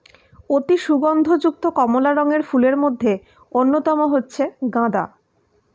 অতি সুগন্ধ যুক্ত কমলা রঙের ফুলের মধ্যে অন্যতম হচ্ছে গাঁদা